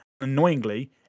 Annoyingly